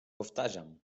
powtarzam